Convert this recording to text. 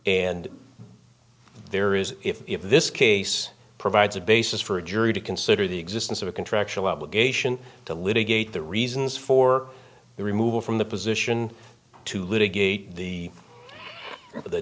and there is if this case provides a basis for a jury to consider the existence of a contractual obligation to litigate the reasons for the removal from the position to